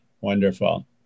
wonderful